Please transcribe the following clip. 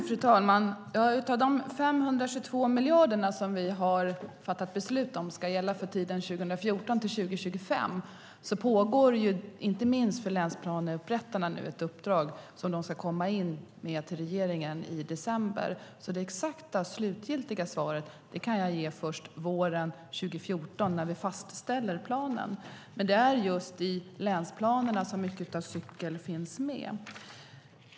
Fru talman! När det gäller de 522 miljarder som vi har fattat beslut om ska gälla för tiden 2014-2025 pågår, inte minst för dem som upprättar länsplaner, nu ett uppdrag som de ska komma in med till regeringen i december. Det exakta och slutgiltiga svaret kan jag alltså ge först våren 2014 när vi fastställer planen. Men det är just i länsplanerna som mycket av det som handlar om cykel finns med.